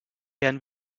herrn